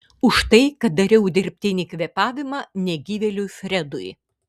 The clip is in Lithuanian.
už tai kad dariau dirbtinį kvėpavimą negyvėliui fredui